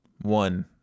one